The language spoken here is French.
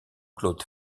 claude